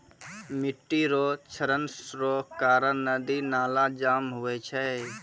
मिट्टी रो क्षरण रो कारण नदी नाला जाम हुवै छै